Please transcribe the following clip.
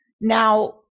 Now